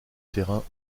terrain